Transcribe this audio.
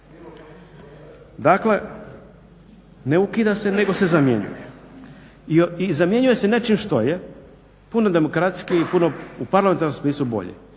Dakle, ne ukida se nego se zamjenjuje. I zamjenjuje se nečim što je puno demokratskije i puno, u parlamentarnom smislu bolje,